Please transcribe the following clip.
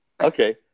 okay